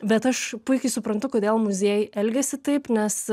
bet aš puikiai suprantu kodėl muziejai elgiasi taip nes